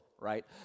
right